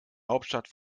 hauptstadt